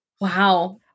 Wow